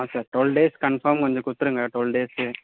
ஆ sir twelve days confirm கொஞ்சம் கொடுத்துடுங்க twelve டேஸ்சில்